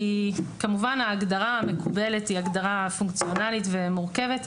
כמובן ההגדרה המקובלת היא הגדרה פונקציונלית ומורכבת.